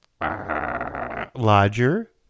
Lodger